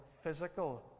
physical